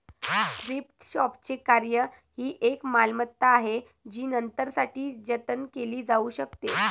thrift शॉपचे कार्य ही एक मालमत्ता आहे जी नंतरसाठी जतन केली जाऊ शकते